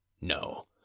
No